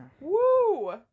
Woo